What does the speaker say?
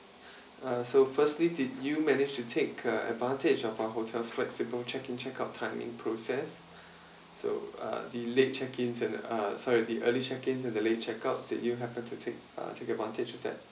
uh so firstly did you manage to take uh advantage of our hotels flexible check-in check-out timing process so uh the late check-ins and uh sorry the early check-ins and the late check-outs did you happen to take uh take advantage of that